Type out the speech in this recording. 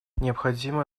необходимо